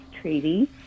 treaty